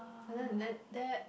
and then and then that